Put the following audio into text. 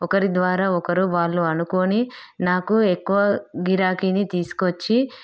ఒకరి ద్వారా ఒకరు వాళ్ళు అనుకోని నాకు ఎక్కువ గిరాకీని తీసుకొచ్చి